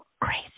crazy